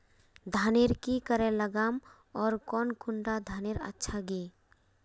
धानेर की करे लगाम ओर कौन कुंडा धानेर अच्छा गे?